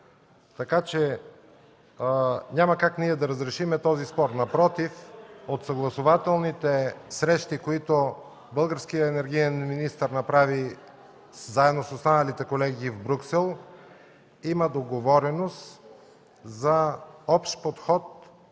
така че няма как ние да разрешим този спор. Напротив, от съгласувателните срещи, които българският енергиен министър направи заедно с останалите колеги в Брюксел, има договореност за общ подход